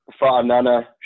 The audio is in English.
Farnana